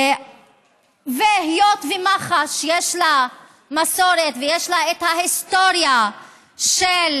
היות שהמשטרה, יש לה מסורת ויש לה היסטוריה של